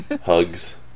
hugs